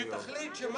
שתחליט מה